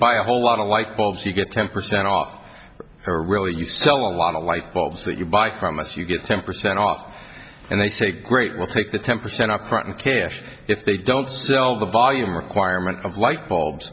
buy a whole lot of light bulbs you get ten percent off or really you sell a lot of light bulbs that you buy from us you get ten percent off and they say great we'll take the temperature in our front kiddush if they don't sell the volume requirement of light bulbs